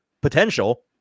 potential